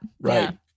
Right